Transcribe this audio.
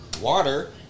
Water